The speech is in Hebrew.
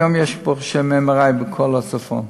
היום יש ברוך השם MRI בכל הצפון,